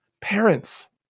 Parents